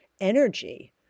energy